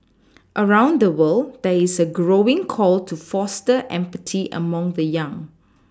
around the world there is a growing call to foster empathy among the young